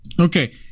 Okay